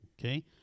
Okay